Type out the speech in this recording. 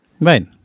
right